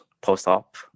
post-op